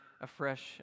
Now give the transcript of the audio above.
afresh